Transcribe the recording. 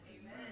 amen